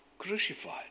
crucified